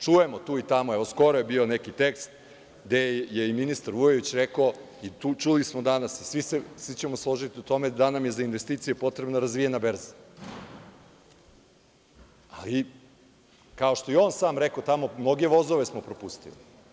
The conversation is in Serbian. Čujemo tu i tamo, evo skoro je bio neki tekst gde je i ministar Vujović rekao i čuli smo danas, svi ćemo se složiti u tome da nam je za investicije potrebna razvijena berza, ali kao što je i on sam rekao tamo, mnoge vozove smo propustili.